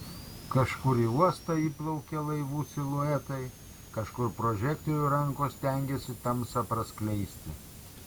kažkur į uostą įplaukia laivų siluetai kažkur prožektorių rankos stengiasi tamsą praskleisti